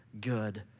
good